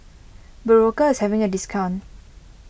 Berocca is having a discount